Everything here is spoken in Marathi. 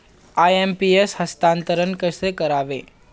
आय.एम.पी.एस हस्तांतरण कसे करावे?